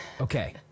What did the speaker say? Okay